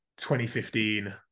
2015